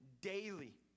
daily